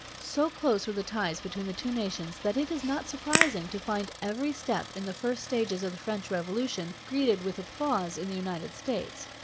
so close were the ties between the two nations that it is not surprising to find every step in the first stages of the french revolution greeted with applause in the united states.